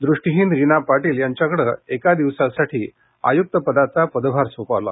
दृष्टिहीन रीना पाटील यांच्याकडे चक्क एका दिवसासाठी आयुक्त पदाचा पदभार सोपवला